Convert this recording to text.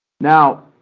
now